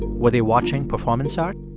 we're they watching performance art?